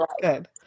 good